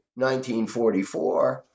1944